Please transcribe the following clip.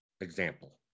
example